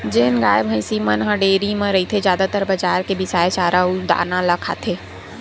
जेन गाय, भइसी मन ह डेयरी म रहिथे जादातर बजार के बिसाए चारा अउ दाना ल खाथे